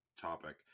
topic